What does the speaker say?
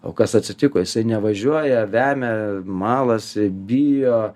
o kas atsitiko jisai nevažiuoja vemia malasi bijo